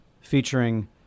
featuring